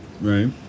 Right